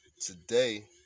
today